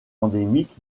endémique